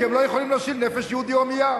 כי הם לא יכולים לשיר "נפש יהודי הומייה".